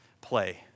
play